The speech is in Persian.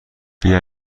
بیا